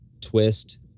twist